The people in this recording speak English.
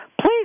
Please